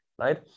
right